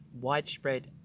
widespread